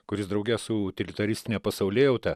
kuris drauge su utilitaristine pasaulėjauta